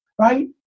right